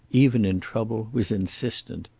even in trouble, was insistent.